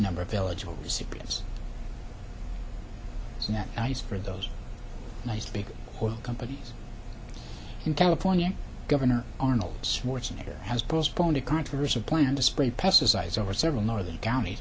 number of eligible supplies and that is for those nice big oil companies in california governor arnold schwarzenegger has postponed a controversial plan to spray pesticides over several northern count